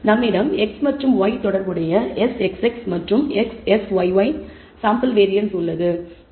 எனவே நம்மிடம் x மற்றும் y தொடர்புடைய Sxx மற்றும் Syy சாம்பிள் வேரியன்ஸ் உள்ளது